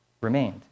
remained